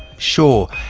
sure,